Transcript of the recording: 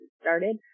started